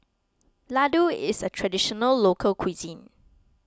Laddu is a Traditional Local Cuisine